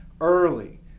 early